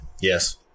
Yes